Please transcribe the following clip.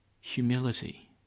humility